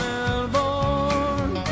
Melbourne